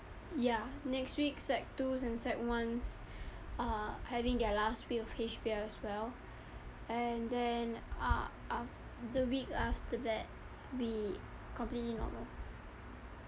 ya next week sec two's and sec one's are having their last week of H_B_L as well and then a~ a~ the week after that we completely normal